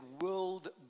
world